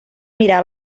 mirar